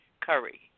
Curry